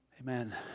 Amen